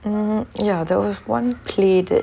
um mm ya there was one play that